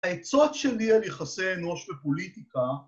‫העצות שלי על יחסי אנוש ופוליטיקה,